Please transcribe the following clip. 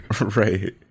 Right